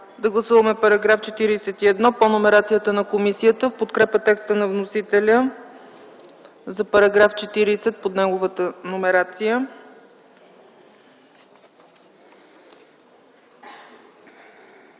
Да гласуваме § 41 по номерацията на комисията в подкрепа текста на вносителя за § 40 по неговата номерация.